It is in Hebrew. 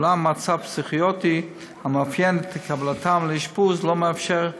אולם מצב פסיכוטי המאפיין את קבלתם לאשפוז לא מאפשר,